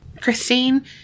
Christine